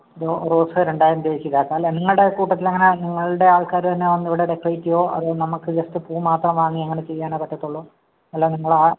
rose രണ്ടായിരം രൂപയ്ക്ക് അല്ല നിങ്ങളുടെ കൂട്ടത്തിൽനിന്ന് അങ്ങനെ നിങ്ങളുടെ ആൾക്കാർ തന്നെ വന്ന് ഇവിടെ ഡെക്കറേറ്റ് ചെയ്യുമോ അതോ നമുക്ക് ജസ്റ്റ് പൂ മാത്രം വാങ്ങി അങ്ങനെ ചെയ്യാനോ പറ്റത്തുള്ളൂ അല്ലെങ്കിൽ നിങ്ങളാ